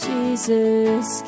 Jesus